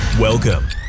Welcome